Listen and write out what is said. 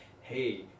hey